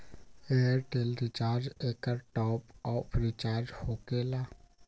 Airtel recharge एकर top off recharge होकेला?